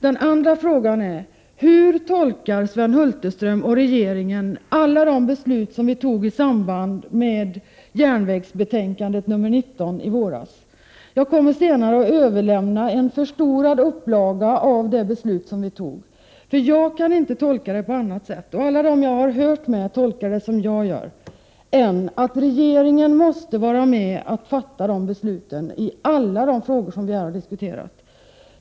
Den andra frågan gäller hur Sven Hulterström och regeringen tolkar de beslut som vi tog i samband med behandlingen av järnvägsbetänkandet nr 19 i våras. Jag kommer senare att överlämna en förstorad upplaga av det beslut som vi fattade. Jag kan inte tolka det på annat sätt — alla som jag har talat med tolkar det på samma sätt som jag — än att regeringen måste vara med och fatta beslut ialla de frågor som vi här har diskuterat.